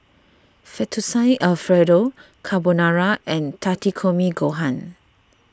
Fettuccine Alfredo Carbonara and Takikomi Gohan